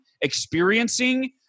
experiencing